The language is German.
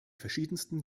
verschiedensten